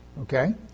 okay